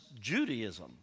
Judaism